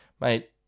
mate